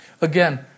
Again